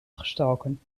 gestoken